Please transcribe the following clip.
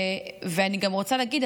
ואני גם רוצה להגיד,